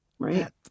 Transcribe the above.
Right